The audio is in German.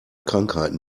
krankheiten